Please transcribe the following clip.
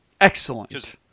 Excellent